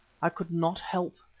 i could not help,